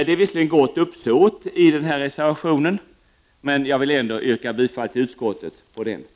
Det är visserligen ett gott uppsåt i reservationen, men jag vill ändå yrka bifall till utskottets hemställan på denna punkt.